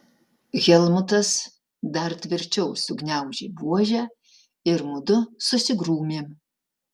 helmutas dar tvirčiau sugniaužė buožę ir mudu susigrūmėm